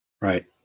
Right